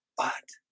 but